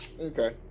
Okay